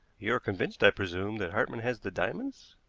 you are convinced, i presume, that hartmann has the diamonds?